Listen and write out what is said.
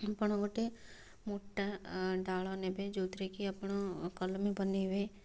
ଆପଣ ଗୋଟେ ମୋଟା ଡ଼ାଳ ନେବେ ଯେଉଁଥିରେ କି ଆପଣ କଲମୀ ବନେଇବେ